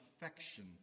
affection